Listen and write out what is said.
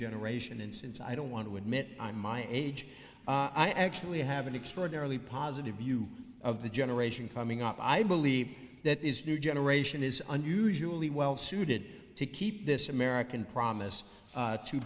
generation and since i don't want to admit i'm my age i actually have an extraordinarily positive view of the generation coming up i believe that is new generation is unusually well suited to keep this american promise